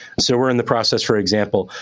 so we're in the process, for example,